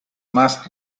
más